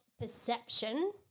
perception